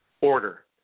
order